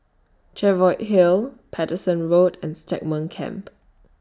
Cheviot Hill Paterson Road and Stagmont Camp